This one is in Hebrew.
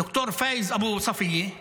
ד"ר חוסאם אבו ספיה,